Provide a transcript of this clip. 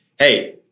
Hey